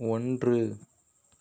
ஒன்று